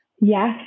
yes